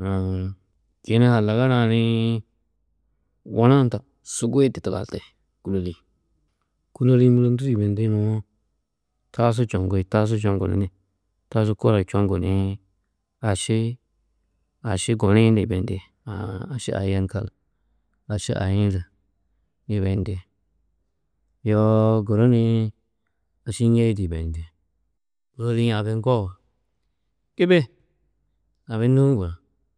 uũ čene-ã halagana-ã niĩ gona hunda guyundu tigandi, kûloli-ĩ. Kûloli-ĩ muro ndû di yibeyindi nuwo, tasu čoŋgi tasu čoŋgu ni tasu koro čoŋgu ni aši̧, ̧ aši gonii ni yibeyindi aã, aši ai ni kal, aši aii-ĩ di yibeyindi yoo guru ni aši ñêi di yibeyindi, kûloli-ĩ abi ŋgoo, gibi abi nûu gunú.